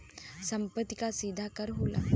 सम्पति कर सीधा कर होला